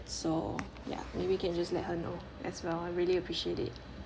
so ya maybe you can just let her know as well I really appreciate it